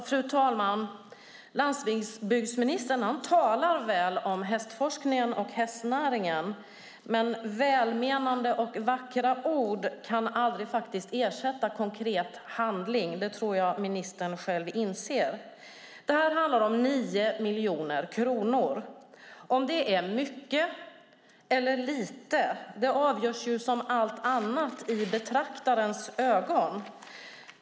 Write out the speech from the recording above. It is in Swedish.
Fru talman! Landsbygdsministern talar väl om hästforskningen och hästnäringen, men välmenande och vackra ord kan aldrig ersätta konkret handling. Det tror jag att ministern inser. Det handlar om 9 miljoner kronor. Om det är mycket eller lite avgörs, som allt annat, i betraktarens ögon.